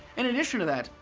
in addition to that,